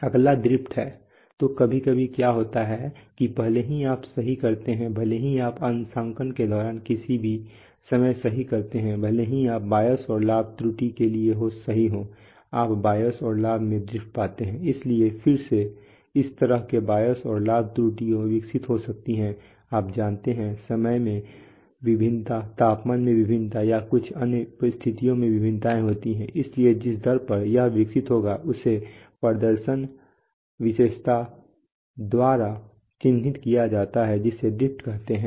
अगला ड्रिफ्ट है तो कभी कभी क्या होता है कि भले ही आप सही करते हैं भले ही आप अंशांकन के दौरान किसी भी समय सही करते हैं भले ही आप बायस और लाभ त्रुटि के लिए सही हों आप बायस और लाभ में ड्रिफ्ट पाते हैं इसलिए फिर से इस तरह के बायस और लाभ त्रुटियां विकसित हो सकती हैं आप जानते हैं समय में भिन्नता तापमान में भिन्नता या कुछ अन्य स्थितियों में भिन्नताएं होती हैं इसलिए जिस दर पर यह विकसित होगा उसे प्रदर्शन विशेषता द्वारा चिह्नित किया जाता है जिसे ड्रिफ्ट कहते है